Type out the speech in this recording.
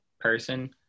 person